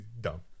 dumb